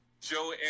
Joe